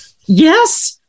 yes